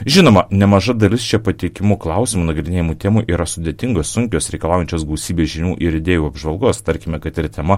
žinoma nemaža dalis čia pateikiamų klausimų nagrinėjamų temų yra sudėtingos sunkios reikalaujančios gausybės žinių ir įdėjų apžvalgos tarkime kad ir tema